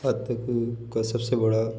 आज तक का सब से बड़ा